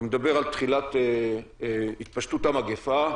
אני מדבר על תחילת התפשטות המגפה,